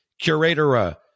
Curatora